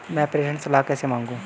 मैं प्रेषण सलाह कैसे मांगूं?